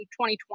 2020